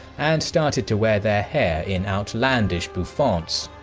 and started to wear their hair in outlandish bouffants.